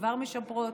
כבר משפרות,